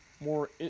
more